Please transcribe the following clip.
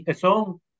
son